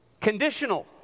conditional